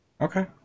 Okay